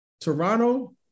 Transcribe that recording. Toronto